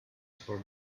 for